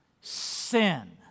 sin